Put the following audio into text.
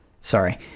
Sorry